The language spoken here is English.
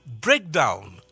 Breakdown